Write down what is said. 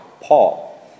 Paul